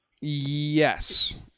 Yes